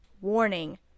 warning